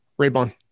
raybon